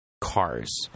Cars